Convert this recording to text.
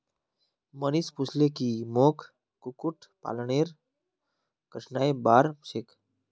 मनीष पूछले की मोक कुक्कुट पालनेर कठिनाइर बार छेक